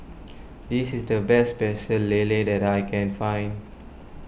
this is the best Pecel Lele that I can find